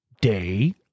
Day